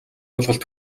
ойлголт